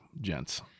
gents